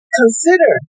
consider